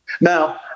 Now